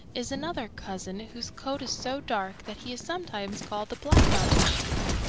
is another cousin whose coat is so dark that he is sometimes called the black mountain sheep.